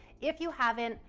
if you haven't,